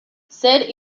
zer